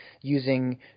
using